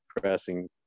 pressing